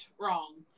wrong